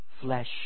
flesh